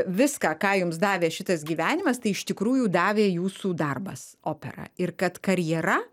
viską ką jums davė šitas gyvenimas tai iš tikrųjų davė jūsų darbas opera ir kad karjera